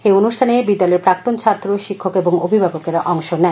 এই অনুষ্ঠানে বিদ্যালয়ের প্রাক্তন ছাত্র শিক্ষক ও অভিভাবকেরা অংশ নেন